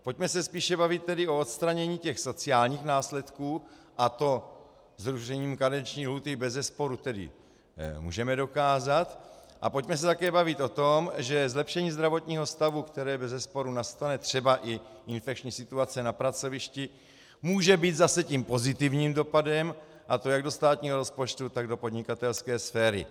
Pojďme se spíše bavit tedy o odstranění sociálních následků, to zrušením karenční lhůty bezesporu můžeme dokázat, a pojďme se také bavit o tom, že zlepšení zdravotního stavu, které bezesporu nastane, třeba i infekční situace na pracovišti, může být zase tím pozitivním dopadem, a to jak do státního rozpočtu, tak do podnikatelské sféry.